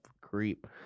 creep